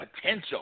potential